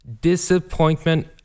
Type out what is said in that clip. disappointment